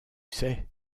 sais